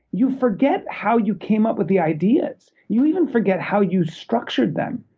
you forget how you came up with the ideas. you even forget how you structured them.